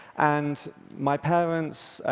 and my parents,